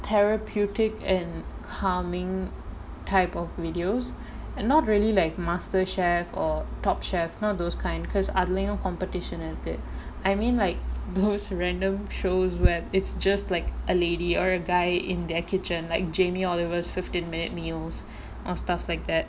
therapeutic and calming type of videos and not really like MasterChef or top chef not those kind because அதுலயும்:athulayum competition இருக்கு:irukku I mean like blues random shows where it's just like a lady or a guy in their kitchen like jamie oliver's fifteen minute meals or stuff like that